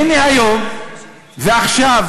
הנה היום, עכשיו,